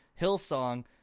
Hillsong